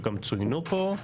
שגם צוינו פה.